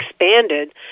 expanded